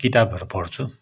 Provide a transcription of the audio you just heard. किताबहरू पढ्छु